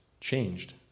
changed